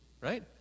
right